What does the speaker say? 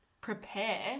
prepare